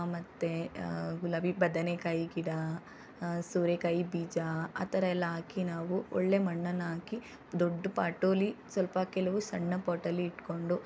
ಮತ್ತು ಗುಲಾಬಿ ಬದನೇಕಾಯಿ ಗಿಡ ಸೋರೆಕಾಯಿ ಬೀಜ ಆ ಥರ ಎಲ್ಲ ಹಾಕಿ ನಾವು ಒಳ್ಳೆಯ ಮಣ್ಣನ್ನು ಹಾಕಿ ದೊಡ್ಡ ಪಾಟಲ್ಲಿ ಸ್ವಲ್ಪ ಕೆಲವು ಸಣ್ಣ ಪಾಟಲ್ಲಿ ಇಟ್ಟುಕೊಂಡು